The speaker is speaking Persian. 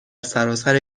سراسر